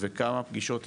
וכמה פגישות התקיימו,